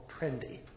trendy